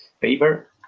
paper